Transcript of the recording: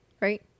right